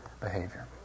behavior